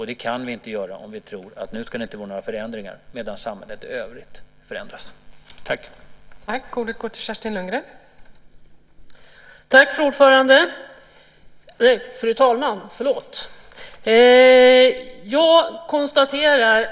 Det kan vi inte göra om vi tror att det inte ska vara några förändringar där medan samhället i övrigt förändras.